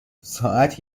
ساعت